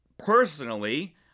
Personally